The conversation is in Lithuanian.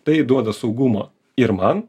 tai duoda saugumo ir man